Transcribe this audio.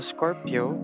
Scorpio